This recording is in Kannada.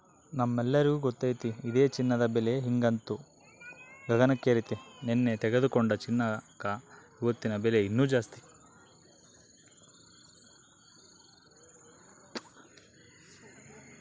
ನಮ್ಮೆಲ್ಲರಿಗೂ ಗೊತ್ತತೆ ಇದೆ ಚಿನ್ನದ ಬೆಲೆ ಈಗಂತೂ ಗಗನಕ್ಕೇರೆತೆ, ನೆನ್ನೆ ತೆಗೆದುಕೊಂಡ ಚಿನ್ನಕ ಇವತ್ತಿನ ಬೆಲೆ ಇನ್ನು ಜಾಸ್ತಿ